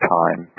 time